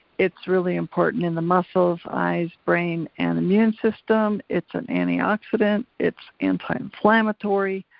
it's really important in the muscles, eyes, brain and immune system. it's an antioxidant, it's antiinflammatory.